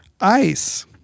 Ice